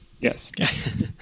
Yes